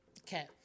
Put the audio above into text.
Okay